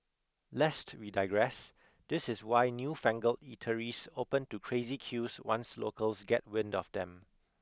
lest we digress this is why newfangled eateries open to crazy queues once locals get wind of them